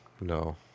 No